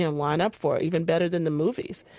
ah line up for, even better than the movies.